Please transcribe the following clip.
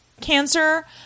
cancer